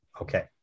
Okay